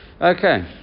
Okay